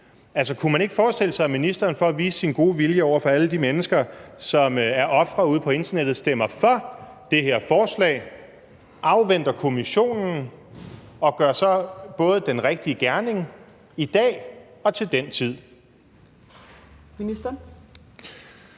kunne man ikke forestille sig, at ministeren – for at vise sin gode vilje over for alle de mennesker, som er ofre ude på internettet – stemmer for det her forslag, afventer kommissionens arbejde og så gør den rigtige gerning både i dag og til den tid?